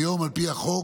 היום, על פי החוק,